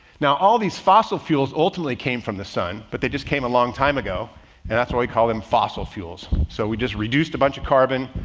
now all these fossil fuels ultimately came from the sun, but they just came a long time ago and that's why we called them fossil fuels. so we just reduced a bunch of carbon,